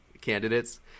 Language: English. candidates